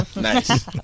Nice